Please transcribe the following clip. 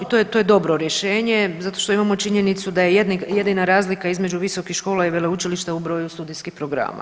I to je, to je dobro rješenje, zato što imamo činjenicu da jedina razlika između visokih škola i veleučilišta u broju studijskih programa.